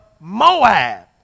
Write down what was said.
Moab